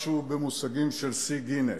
משהו במושגים של שיא גינס.